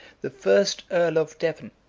the first earl of devon,